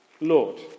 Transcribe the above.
Lord